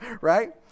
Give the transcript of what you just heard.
right